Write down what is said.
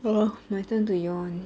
my turn to yawn